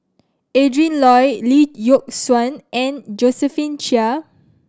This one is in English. Adrin Loi Lee Yock Suan and Josephine Chia